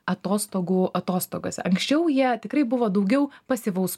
atostogų atostogose anksčiau jie tikrai buvo daugiau pasyvaus